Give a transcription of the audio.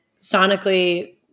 sonically